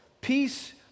Peace